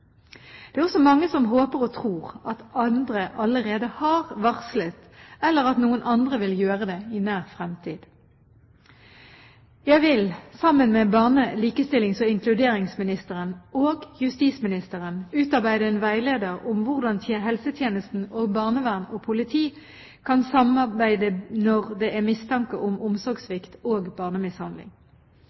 Det er også mange som håper og tror at andre allerede har varslet eller at noen andre vil gjøre det i nær fremtid. Jeg vil – sammen med barne-, likestillings- og inkluderingsministeren og justisministeren – utarbeide en veileder om hvordan helsetjenesten, barnevern og politi kan samarbeide når det er mistanke om omsorgssvikt og barnemishandling.